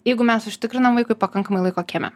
jeigu mes užtikrinam vaikui pakankamai laiko kieme